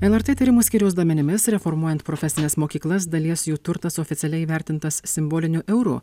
lrt tyrimų skyriaus duomenimis reformuojant profesines mokyklas dalies jų turtas oficialiai įvertintas simboliniu euru